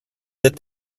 that